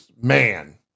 man